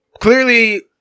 clearly